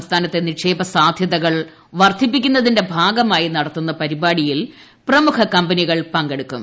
സംസ്ഥാനത്തെ നിക്ഷേപ സാധൃതകൾ വർദ്ധിപ്പിക്കുന്ന തിന്റെ ഭാഗമായി നടത്തുന്ന പരിപാടിയിൽ പ്രമുഖ കമ്പനികൾ പങ്കെ ടുക്കും